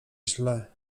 źle